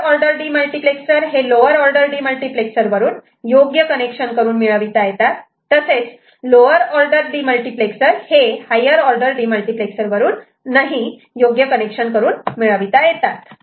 higher order demultiplexer हे lower order demultiplexer वरून योग्य कनेक्शन करून मिळविता येतात तसेच लोवर ऑर्डर डीमल्टिप्लेक्सर हे हायर ऑर्डर डीमल्टिप्लेक्सर वरून योग्य कनेक्शन करून मिळविता येतात